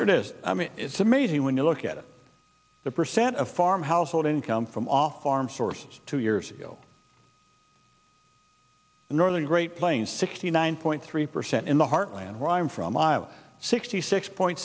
here i mean it's amazing when you look at it the percent of farm household income from off farm sources two years ago northern great plains sixty nine point three percent in the heartland where i'm from iowa sixty six point